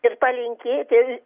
ir palinkėti